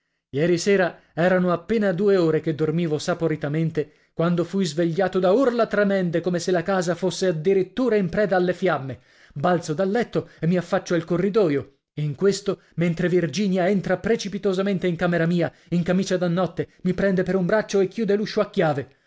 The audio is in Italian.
ieri sera erano appena due ore che dormivo saporitamente quando fui svegliato da urla tremende come se la casa fosse addirittura in preda alle fiamme balzo dal letto e mi affaccio al corridoio in questo mentre virginia entra precipitosamente in camera mia in camicia da notte mi prende per un braccio e chiude l'uscio